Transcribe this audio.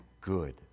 good